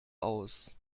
aus